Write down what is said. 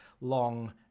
long